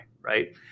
right